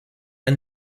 and